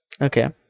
Okay